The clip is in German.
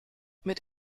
mit